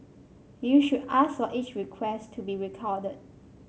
you should ask for each request to be recorded